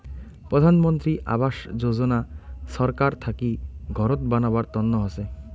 প্রধান মন্ত্রী আবাস যোজনা ছরকার থাকি ঘরত বানাবার তন্ন হসে